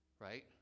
right